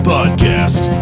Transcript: Podcast